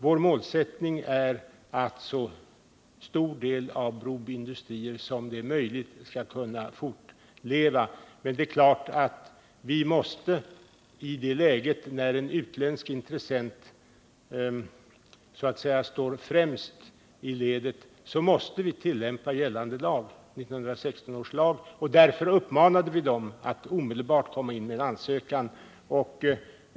Vår målsättning är att så stor del av Broby Industrier som möjligt skall kunna fortleva. Men i det läget när en utländsk intressent står främst i ledet måste vi tillämpa gällande lag, 1916 års lag. Därför uppmanade vi dem att omedelbart komma in med en ansökan.